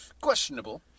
questionable